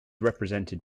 represented